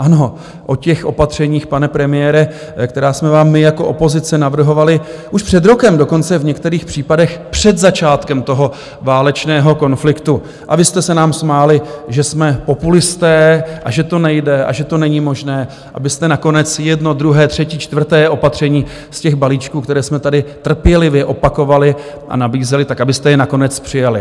Ano, o těch opatřeních, pane premiére, která jsme vám my jako opozice navrhovali už před rokem, dokonce v některých případech před začátkem toho válečného konfliktu, a vy jste se nám smáli, že jsme populisté a že to nejde a že to není možné, abyste je nakonec jedno, druhé, třetí, čtvrté opatření z těch balíčků, které jsme tady trpělivě opakovali a nabízeli přijali.